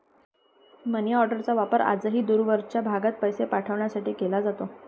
मनीऑर्डरचा वापर आजही दूरवरच्या भागात पैसे पाठवण्यासाठी केला जातो